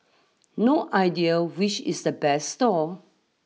no idea which is the best stall